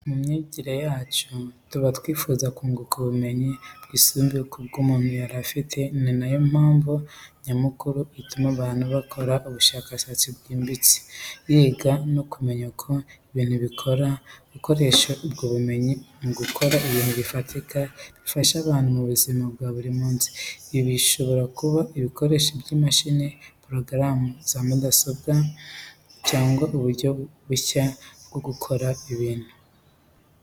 Mu myigire yacu tuba twifuza kunguka ubumenyi bwisumbuyeho ku bw'umuntu yari afie ari na yo mpamvu nyamukuru ituma abantu bakora ubushakashatsi bwimbitse, yiga no kumenya uko ibintu bikora, gukoresha ubwo bumenyi mu gukora ibintu bifatika bifasha abantu mu buzima bwa buri munsi. Ibi bishobora kuba ibikoresho, imashini, porogaramu za mudasobwa, cyangwa uburyo bushya bwo gukora ibintu.